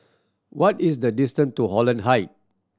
what is the distance to Holland Height